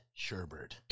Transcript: Sherbert